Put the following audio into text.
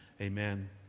amen